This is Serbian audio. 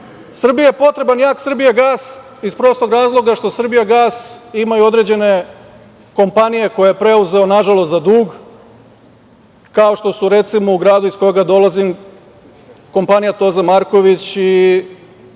Srbiji je potreban jak "Srbijagas", iz prostog razloga što "Srbijagas", imaju određene kompanije koje je preuzeo na žalost za dug, kao što su recimo u gradu, iz koga dolazim, kompanija " Toza Marković", i